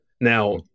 Now-